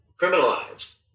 criminalized